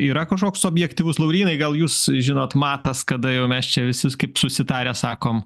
yra kažkoks objektyvus laurynai gal jūs žinot matas kada jau mes čia visis kaip susitarę sakom